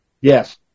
Yes